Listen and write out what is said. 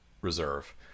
reserve